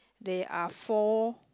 there are four